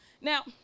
Now